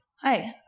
Hi